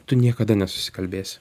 tu niekada nesusikalbėsi